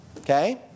Okay